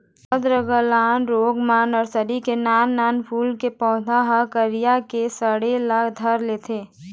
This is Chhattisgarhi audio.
आद्र गलन रोग म नरसरी के नान नान फूल के पउधा ह करिया के सड़े ल धर लेथे